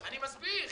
אני מסביר.